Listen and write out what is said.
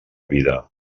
vida